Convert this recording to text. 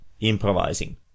improvising